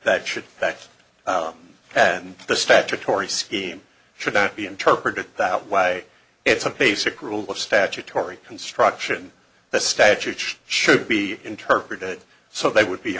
that should back and the statutory scheme should not be interpreted that way it's a basic rule of statutory construction the statute should be interpreted so they would be